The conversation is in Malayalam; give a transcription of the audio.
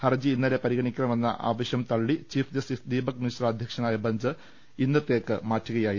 ഹർജി ഇന്നലെ പരിഗണി ക്കണമെന്ന ആവശ്യം തള്ളി ചീഫ്ജസ്റ്റിസ് ദീപക് മിശ്ര അധ്യക്ഷ നായ ബെഞ്ച് ഇന്നത്തേക്ക് മാറ്റുകയായിരുന്നു